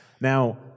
Now